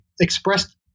expressed